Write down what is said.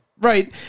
Right